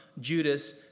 Judas